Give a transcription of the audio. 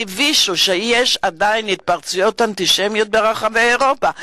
מביש שיש עדיין התפרצויות אנטישמיות ברחבי אירופה,